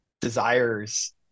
desires